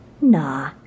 Nah